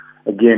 Again